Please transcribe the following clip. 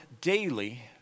daily